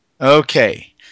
Okay